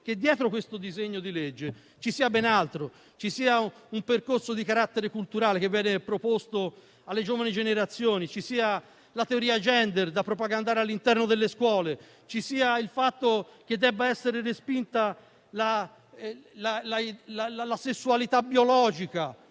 che dietro questo disegno di legge c'è ben altro: un percorso di carattere culturale che viene proposto alle giovani generazioni; la teoria *gender* da propagandare all'interno delle scuole; il principio che debba essere respinta la sessualità biologica,